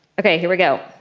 okay, here we go.